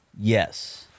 Yes